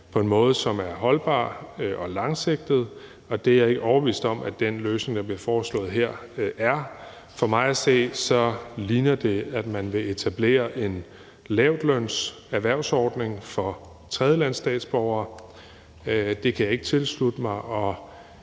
på en måde, som er holdbar og langsigtet, og det er jeg ikke overbevist om at den løsning, der bliver foreslået her, er. For mig at se virker det, som om man vil etablere en lavtlønserhvervsordning for tredjelandsstatsborgere, og det kan jeg ikke tilslutte mig.